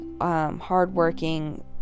hard-working